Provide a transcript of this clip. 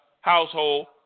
household